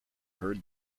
heard